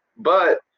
but,